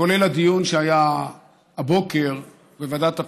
כולל הדיון שהיה הבוקר בוועדת הפנים,